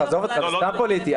עזוב אותך, זה סתם פוליטי.